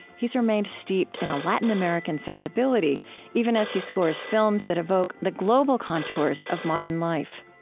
he's remained steeped in a latin american sensibility even as he scores films that evoke the global contours of modern life